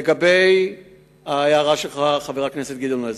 לגבי ההערה שלך, חבר הכנסת גדעון עזרא: